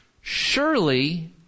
Surely